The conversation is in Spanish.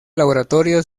laboratorio